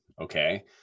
okay